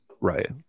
Right